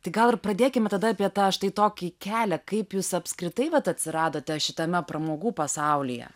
tai gal ir pradėkime tada apie tą štai tokį kelią kaip jūs apskritai vat atsiradote šitame pramogų pasaulyje